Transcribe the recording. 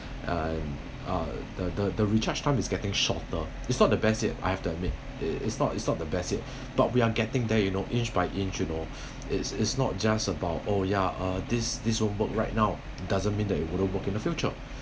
uh the the the recharge time is getting shorter it's not the best yet I have to admit it's not it's not the best yet but we are getting there you know inch by inch you know it's it's not just about oh ya uh this this won't work right now doesn't mean that it wouldn't work in the future